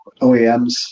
OEMs